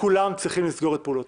כולם צריכים לסגור את פעולותיהם.